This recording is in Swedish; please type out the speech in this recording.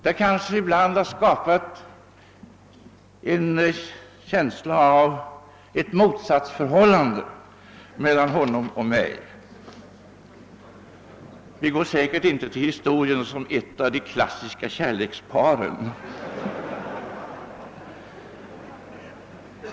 Det kanske ibland har skapat en känsla av ett motsatsförhållande mellan honom och mig. Vi går säkert inte till historien som ett av de klassiska kärleksparen.